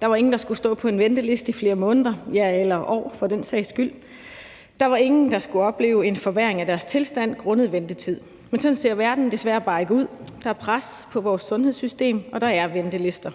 Der var ingen, der skulle stå på en venteliste i flere måneder eller år for den sags skyld; der var ingen, der skulle opleve en forværring af deres tilstand grundet ventetid. Men sådan ser verden desværre bare ikke ud. Der er pres på vores sundhedssystem, og der er ventelister,